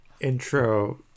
intro